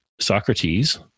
Socrates